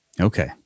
Okay